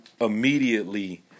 immediately